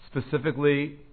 specifically